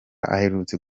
aherutse